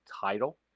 title